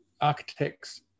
architects